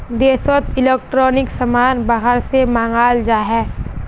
देशोत इलेक्ट्रॉनिक समान बाहर से मँगाल जाछे